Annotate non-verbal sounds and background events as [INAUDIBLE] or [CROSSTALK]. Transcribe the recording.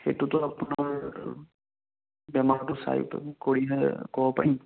সেইটোতো আপোনাৰ বেমাৰটো চাই পেলাই কৰি [UNINTELLIGIBLE] ক'ব পাৰিম